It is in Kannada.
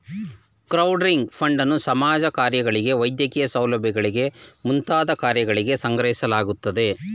ಕ್ರೌಡಿಂಗ್ ಫಂಡನ್ನು ಸಮಾಜ ಕಾರ್ಯಗಳಿಗೆ ವೈದ್ಯಕೀಯ ಸೌಲಭ್ಯಗಳಿಗೆ ಮುಂತಾದ ಕಾರ್ಯಗಳಿಗೆ ಸಂಗ್ರಹಿಸಲಾಗುತ್ತದೆ